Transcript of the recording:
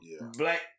black